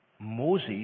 Moses